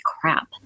crap